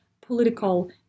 political